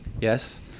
Yes